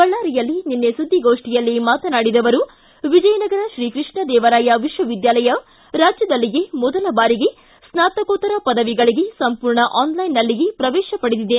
ಬಳ್ಳಾರಿಯಲ್ಲಿ ನಿನ್ನೆ ಸುದ್ದಿಗೋಷ್ಠಿಯಲ್ಲಿ ಮಾತನಾಡಿದ ಅವರು ವಿಜಯನಗರ ಶ್ರೀಕೃಷ್ಣ ದೇವರಾಯ ವಿಶ್ವವಿದ್ಯಾಲಯ ರಾಜ್ಯದಲ್ಲಿಯೇ ಮೊದಲ ಬಾರಿಗೆ ಸ್ನಾತಕೋತ್ತರ ಪದವಿಗಳಿಗೆ ಸಂಪೂರ್ಣ ಆನ್ಲೈನ್ನಲ್ಲಿ ಪ್ರವೇತ ಪಡೆದಿದೆ